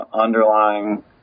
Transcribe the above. underlying